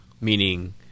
meaning